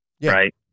Right